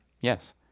Yes